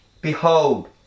Behold